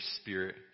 spirit